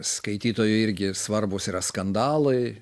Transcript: skaitytojui irgi svarbūs yra skandalai